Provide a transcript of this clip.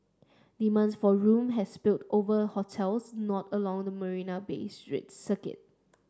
demands for room has spilled over hotels not along the Marina Bay street circuit